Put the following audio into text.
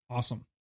Awesome